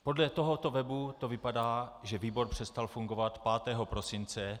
Podle tohoto webu to vypadá, že výbor přestal fungovat 5. prosince 2014.